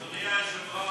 אדוני היושב-ראש,